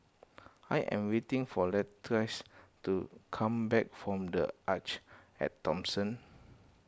I am waiting for Latrice to come back from the Arte at Thomson